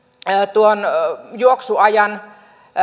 tuon juoksuajan